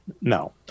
no